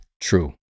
true